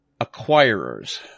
acquirers